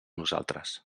nosaltres